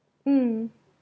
mm